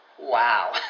wow